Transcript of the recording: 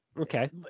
Okay